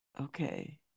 Okay